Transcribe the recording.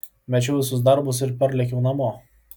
mečiau visus darbus ir parlėkiau namo